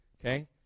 Okay